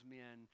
men